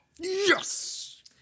Yes